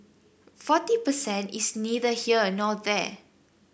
forty per cent is neither here nor there